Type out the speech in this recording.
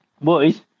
boys